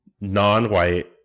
non-white